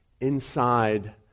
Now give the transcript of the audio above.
inside